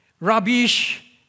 rubbish